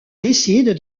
décide